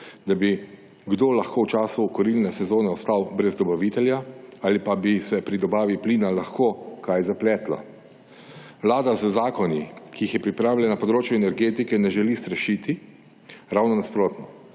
da bi kdo lahko v času kurilne sezone ostal brez dobavitelja ali pa bi se pri dobavi plina lahko kaj zapletlo. Vlada z zakoni, ki jih je pripravila na področju energetike, ne želi strašiti. Ravno nasprotno.